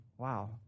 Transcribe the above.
Wow